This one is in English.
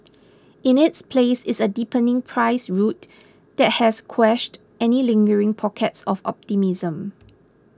in its place is a deepening price route that has quashed any lingering pockets of optimism